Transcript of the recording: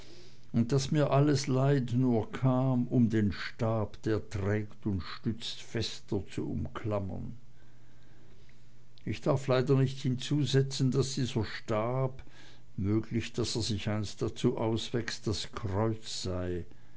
und daß mir alles leid nur kam um den stab der trägt und stützt fester zu umklammern ich darf leider nicht hinzusetzen daß dieser stab möglich daß er sich einst dazu auswächst das kreuz sei